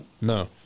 no